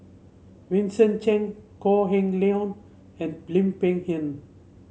Vincent Cheng Kok Heng Leun and Lim Peng Han